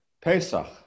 Pesach